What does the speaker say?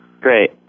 Great